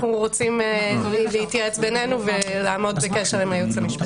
אנחנו רוצים להתייעץ בינינו ולעמוד בקשר עם היועץ המשפטי.